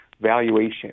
valuation